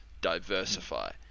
diversify